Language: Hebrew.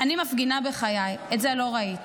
אני מפגינה בחיי, את זה לא ראיתי.